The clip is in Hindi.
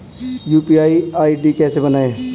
यू.पी.आई आई.डी कैसे बनाएं?